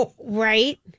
Right